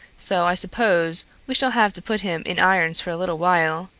so i suppose we shall have to put him in irons for a little while.